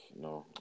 No